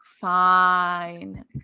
fine